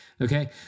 Okay